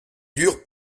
dur